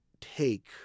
take